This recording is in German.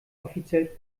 offiziell